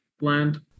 land